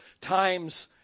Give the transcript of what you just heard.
times